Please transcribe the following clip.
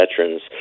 veterans